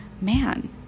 man